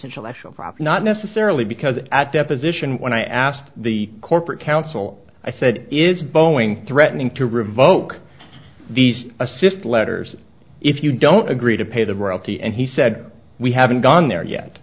intellectual property not necessarily because at deposition when i asked the corporate counsel i said is boeing threatening to revoke these assists letters if you don't agree to pay the royalty and he said we haven't gone there yet